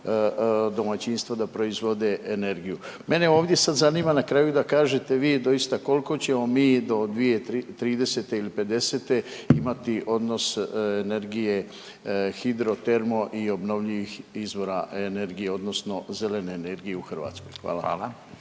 domaćinstvo da proizvode energiju. Mene ovdje sad zanima na kraju da kažete vi doista koliko ćemo mi do 2030.-te ili '50.-te imati odnos energije hidro, termo i obnovljivih izvora energije odnosno zelene energije u Hrvatskoj. Hvala.